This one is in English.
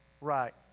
Right